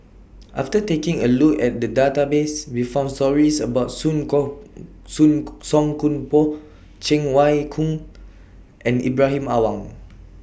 after taking A Look At The Database We found stories about Song Koon Soon Song Koon Poh Cheng Wai Keung and Ibrahim Awang